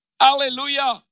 Hallelujah